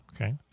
Okay